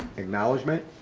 acknowledgement.